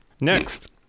Next